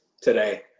today